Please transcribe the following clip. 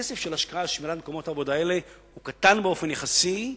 הכסף של השקעה בשמירת מקומות העבודה האלה הוא קטן באופן יחסי,